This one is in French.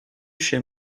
chez